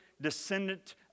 descendant